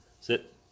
Sit